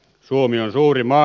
suomi on suuri maa